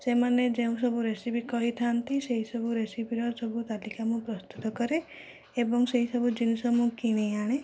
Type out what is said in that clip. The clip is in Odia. ସେମାନେ ଯେଉଁ ସବୁ ରେସିପି କହିଥାନ୍ତି ସେହିସବୁ ରେସିପିର ସବୁ ତାଲିକା ମୁଁ ପ୍ରସ୍ତୁତ କରେ ଏବଂ ସେହିସବୁ ଜିନିଷ ମୁଁ କିଣି ଆଣେ